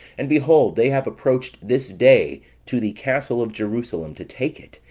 and behold they have approached this day to the castle of jerusalem to take it,